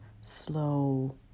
slow